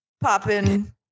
popping